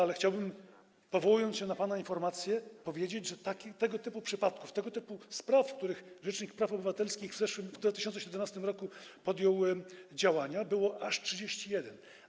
Ale chciałbym, powołując się na pana informacje, powiedzieć, że tego typu przypadków, tego typu spraw, w których rzecznik praw obywatelskich w 2017 r. podjął działania, było aż 31.